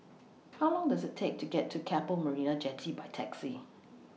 How Long Does IT Take to get to Keppel Marina Jetty By Taxi